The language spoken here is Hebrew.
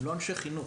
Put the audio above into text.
הם לא אנשי חינוך.